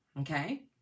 okay